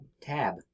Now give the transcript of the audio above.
Tab